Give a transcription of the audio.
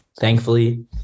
thankfully